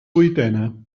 vuitena